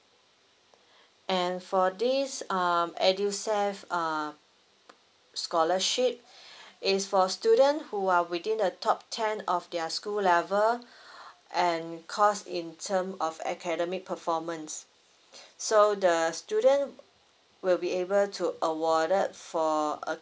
and for this um edusave uh scholarship is for student who are within the top ten of their school level and cause in term of academy performance so the student will be able to awarded for a